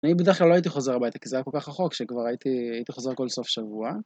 אני בדרך כלל לא הייתי חוזר הביתה, כי זה היה כל כך רחוק שכבר הייתי חוזר כל סוף שבוע.